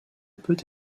peut